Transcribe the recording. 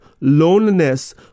loneliness